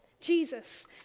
Jesus